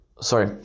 sorry